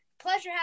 pleasure